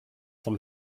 vom